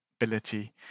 ability